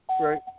right